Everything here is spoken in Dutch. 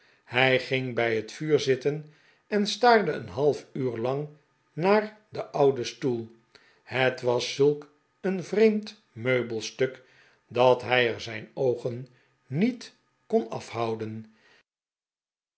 hij ging bij het vuur zitten en staarde een half uur lang naar den ouden stoel het was zulk een vreemd oud meubelstuk dat hij er zijn oogen niet kon afhouden